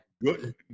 Good